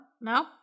No